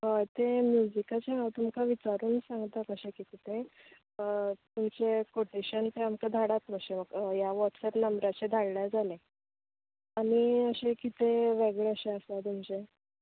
होय तें म्यूजीक तशें हांव तुमका विचारून सांगता कशें कितें तें तुमचें कोटेशन तें आमकां धाडात मात्शें म्हाका ह्यात व्हाॅटसेप नंबराचेर धाडल्यार जालें आनी अशें कितें वेगळें अशें आसा तुमचें